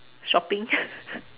shopping